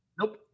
Nope